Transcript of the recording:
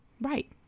right